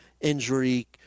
injury